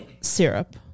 syrup